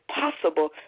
possible